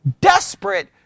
desperate